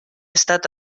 estat